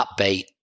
upbeat